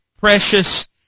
precious